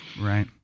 Right